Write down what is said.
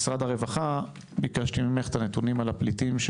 משרד הרווחה, ביקשתי ממך נתונים לגבי הפליטים.